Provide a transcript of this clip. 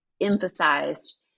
emphasized